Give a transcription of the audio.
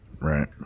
right